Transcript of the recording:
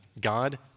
God